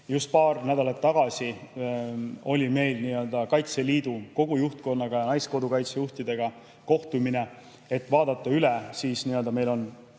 Just paar nädalat tagasi oli meil Kaitseliidu kogu juhtkonnaga ja Naiskodukaitse juhtidega kohtumine, et vaadata üle meie sellel